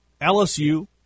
LSU